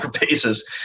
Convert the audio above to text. basis